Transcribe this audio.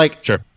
Sure